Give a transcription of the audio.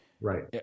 Right